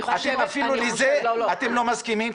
אפילו לזה אתם לא מסכימים.